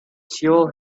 seoul